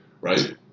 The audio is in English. right